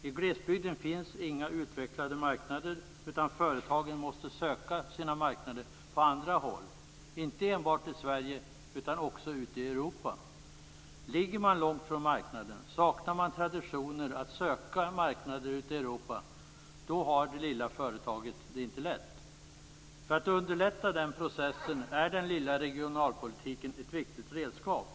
I glesbygden finns inga utvecklade marknader, utan företagen måste söka sina marknader på andra håll, inte enbart i Sverige utan också ute i Europa. Ett litet företag som ligger långt från marknaden och som saknar traditioner att söka marknader ute i Europa har det inte lätt. För underlättande av den processen är den lilla regionalpolitiken ett viktigt redskap.